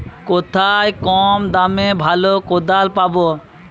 কোথায় কম দামে ভালো কোদাল পাব?